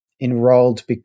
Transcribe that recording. enrolled